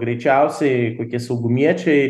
greičiausiai kokie saugumiečiai